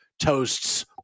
Toast's